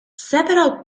several